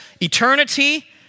Eternity